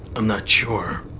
i'm not sure.